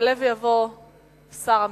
יעלה ויבוא שר המשפטים.